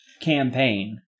campaign